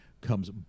comes